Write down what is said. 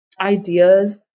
ideas